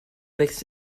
wächst